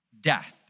death